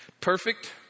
Perfect